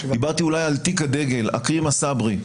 דיברתי אולי על תיק הדגל, אכרם א-סברי.